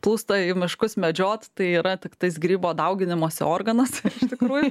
plūsta į miškus medžiot tai yra tiktais grybo dauginimosi organas iš tikrųjų